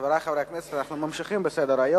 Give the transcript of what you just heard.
חברי חברי הכנסת, אנחנו ממשיכים בסדר-היום.